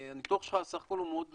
הניתוח שלך סך הכול הוא מאוד נכון,